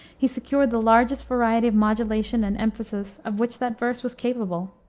he secured the largest variety of modulation and emphasis of which that verse was capable.